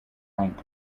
rank